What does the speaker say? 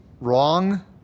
wrong